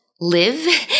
live